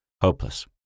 Hopeless